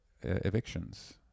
evictions